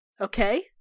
okay